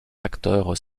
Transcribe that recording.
acteurs